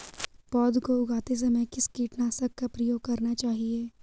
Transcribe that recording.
पौध को उगाते समय किस कीटनाशक का प्रयोग करना चाहिये?